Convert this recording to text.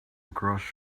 across